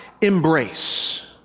embrace